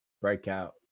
breakout